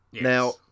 Now